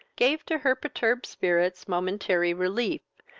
gave to her perturbed spirits momentary relief,